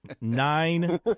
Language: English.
Nine